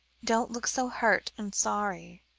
don't look so hurt and sorry.